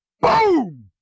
Boom